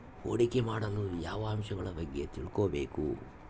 ಹೂಡಿಕೆ ಮಾಡಲು ಯಾವ ಅಂಶಗಳ ಬಗ್ಗೆ ತಿಳ್ಕೊಬೇಕು?